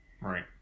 Right